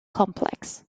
complex